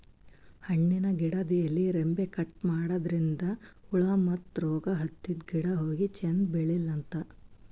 ಹಣ್ಣಿನ್ ಗಿಡದ್ ಎಲಿ ರೆಂಬೆ ಕಟ್ ಮಾಡದ್ರಿನ್ದ ಹುಳ ಮತ್ತ್ ರೋಗ್ ಹತ್ತಿದ್ ಗಿಡ ಹೋಗಿ ಚಂದ್ ಬೆಳಿಲಂತ್